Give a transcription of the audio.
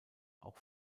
auch